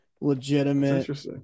legitimate